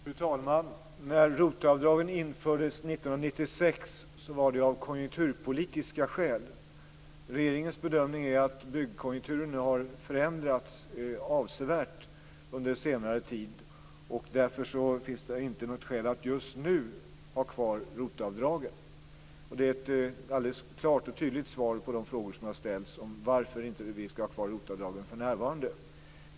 Fru talman! När ROT-avdragen infördes 1996 var det av konjunkturpolitiska skäl. Regeringens bedömning är att byggkonjunkturen har förändrats avsevärt under senare tid. Därför finns det inte något skäl att just nu ha kvar ROT-avdragen. Det är ett alldeles klart och tydligt svar på de frågor som har ställts om varför vi inte skall ha kvar ROT-avdragen för närvarande.